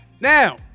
Now